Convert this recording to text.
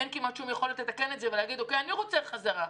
אין כמעט שום יכולת לתקן את זה ולהגיד: אני רוצה את האפוטרופסות בחזרה.